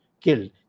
killed